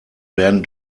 werden